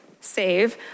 save